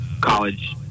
college